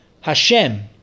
Hashem